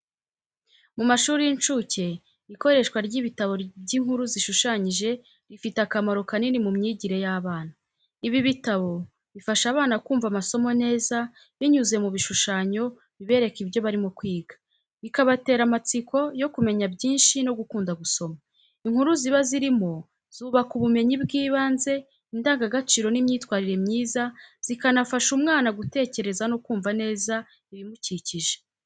Mu mashuri y’incuke, ikoreshwa ry’ibitabo by’inkuru zishushanyije rifite akamaro kanini mu myigire y’abana. Ibi bitabo bifasha abana kumva amasomo neza binyuze mu bishushanyo bibereka ibyo barimo kwiga, bikabatera amatsiko yo kumenya byinshi no gukunda gusoma. Inkuru ziba zirimo zubaka ubumenyi bw’ibanze, indangagaciro n’imyitwarire myiza, zikanafasha umwana gutekereza no kumva neza ibimukikije.